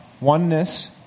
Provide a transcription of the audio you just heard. oneness